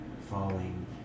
falling